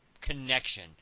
connection